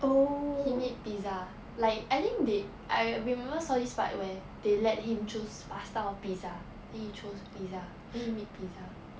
he made pizza like I think they I remember saw this part where they let him choose pasta or pizza he chose pizza he made pizza